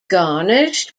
garnished